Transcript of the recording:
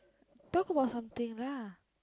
talk about something lah